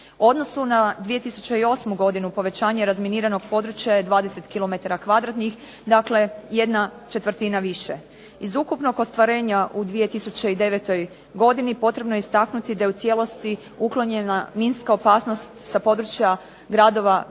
odnosu na 2008. godinu povećanje razminiranog područja je 20 km kvadratnih. Dakle, jedna četvrtina više. Iz ukupnog ostvarenja u 2009. godini potrebno je istaknuti da je u cijelosti uklonjena minska opasnost sa područja gradova Biograda